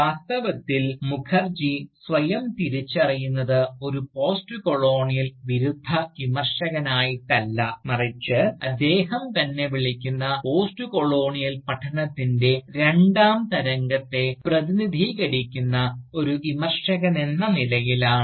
വാസ്തവത്തിൽ മുഖർജി സ്വയം തിരിച്ചറിയുന്നത് ഒരു പോസ്റ്റ് കൊളോണിയൽ വിരുദ്ധ വിമർശകനായിട്ടല്ല മറിച്ച് അദ്ദേഹം തന്നെ വിളിക്കുന്ന പോസ്റ്റ്കൊളോണിയൽ പഠനത്തിൻറെ രണ്ടാം തരംഗത്തെ പ്രതിനിധീകരിക്കുന്ന ഒരു വിമർശകനെന്ന നിലയിലാണ്